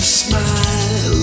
smile